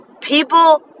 people